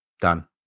Done